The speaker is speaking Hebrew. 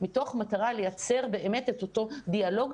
מתוך מטרה לייצר באמת את אותו דיאלוג,